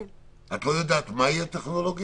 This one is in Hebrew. את לא יודעת מהי הטכנולוגיה?